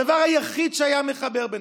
הדבר היחיד שחיבר ביניכם,